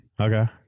Okay